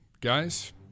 guys